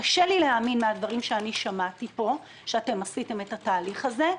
קשה לי להאמין מהדברים ששמעתי פה שעשיתם את התהליך הזה.